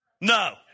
No